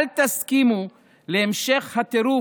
אל תסכימו להמשך הטירוף,